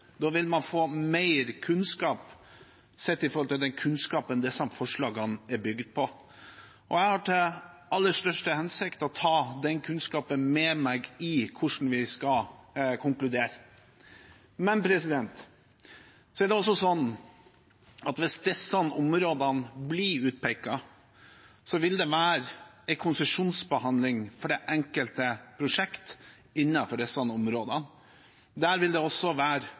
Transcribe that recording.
Da vil man få mer kunnskap sett i forhold til den kunnskapen disse forslagene er bygd på. Jeg har til aller største hensikt å ta den kunnskapen med meg når vi skal konkludere. Men hvis disse områdene blir utpekt, vil det være en konsesjonsbehandling for det enkelte prosjekt innenfor disse områdene. Der vil det være konsekvensutredninger som også fiskeriaktivitet vil være